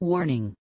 warning